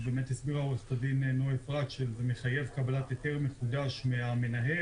עורכת הדין נוי אפרת הסבירה שזה מחייב קבלת היתר מחודש מהמנהל.